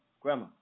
grandma